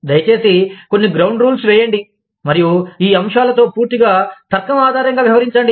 దయచేసి కొన్ని ground rules వేయండి మరియు ఈ అంశాలతో పూర్తిగా తర్కం ఆధారంగా వ్యవహరించండి